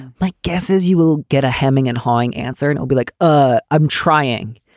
my guess is you will get a hemming and hawing answer and i'll be like, ah i'm trying.